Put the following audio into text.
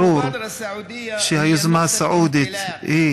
ברור שהיוזמה הסעודית היא